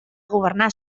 governar